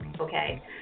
Okay